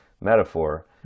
metaphor